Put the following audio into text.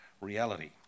reality